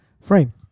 frame